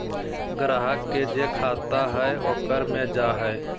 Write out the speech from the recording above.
ग्राहक के जे खाता हइ ओकरे मे जा हइ